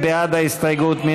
מי בעד ההסתייגות?